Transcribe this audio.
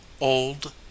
Old